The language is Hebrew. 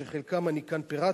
שאת חלקם אני כאן פירטתי,